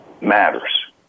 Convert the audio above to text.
matters